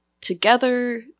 together